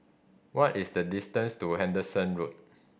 what is the distance to Henderson Road